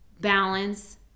balance